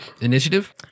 initiative